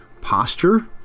posture